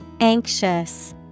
Anxious